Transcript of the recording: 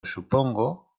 supongo